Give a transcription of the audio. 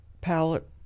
palette